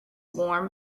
warm